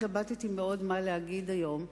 התלבטתי מאוד מה להגיד היום,